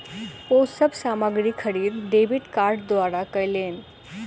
ओ सब सामग्री खरीद डेबिट कार्ड द्वारा कयलैन